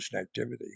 activity